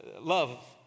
love